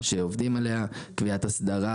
שעובדים עליה; תביעת אסדרה,